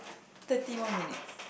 thirty one minutes